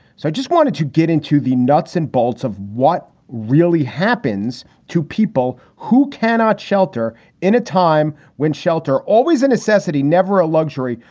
so i just wanted to get into the nuts and bolts of what really happens to people who cannot shelter in a time when shelter always a necessity, never a luxury,